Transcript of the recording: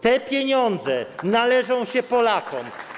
Te pieniądze należą się Polakom.